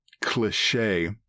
Cliche